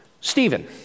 Stephen